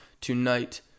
tonight